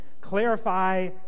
clarify